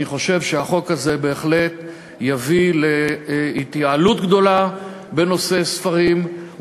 אני חושב שהחוק הזה בהחלט יביא להתייעלות גדולה בנושא הספרים,